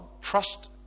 trust